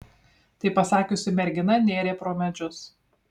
tai pasakiusi mergina nėrė pro medžius